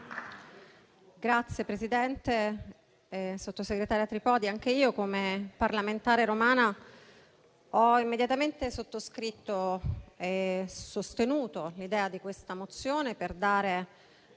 Signor Presidente, sottosegretaria Tripodi, anche io come parlamentare romana ho immediatamente sottoscritto e sostenuto l'idea di questa mozione per dare